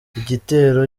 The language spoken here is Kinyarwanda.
igitero